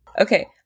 Okay